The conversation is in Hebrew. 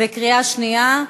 בקריאה שנייה.